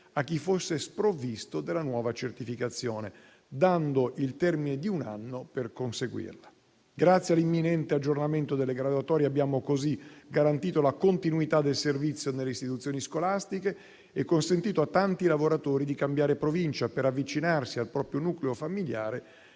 a chi fosse sprovvisto della nuova certificazione, dando il termine di un anno per conseguirla. Grazie all'imminente aggiornamento delle graduatorie, abbiamo così garantito la continuità del servizio nelle istituzioni scolastiche e consentito a tanti lavoratori di cambiare Provincia per avvicinarsi al proprio nucleo familiare